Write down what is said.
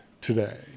today